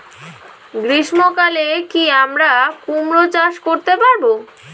গ্রীষ্ম কালে কি আমরা কুমরো চাষ করতে পারবো?